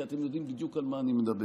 כי אתם יודעים בדיוק על מה אני מדבר.